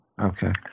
Okay